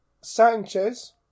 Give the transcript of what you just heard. Sanchez